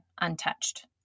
untouched